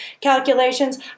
calculations